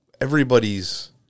everybody's